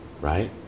right